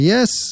Yes